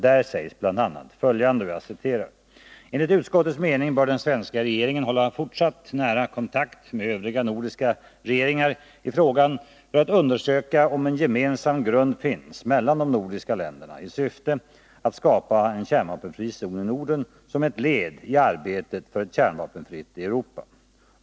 Där sägs bl.a. följande: ”Enligt utskottets mening bör den svenska regeringen hålla fortsatt nära kontakt med övriga nordiska regeringar i frågan, för att undersöka om en gemensam grund finns mellan de nordiska länderna i syfte att skapa en kärnvapenfri zon i Norden som ett led i arbetet för ett kärnvapenfritt Europa.